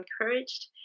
encouraged